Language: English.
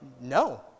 no